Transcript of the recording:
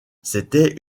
c’était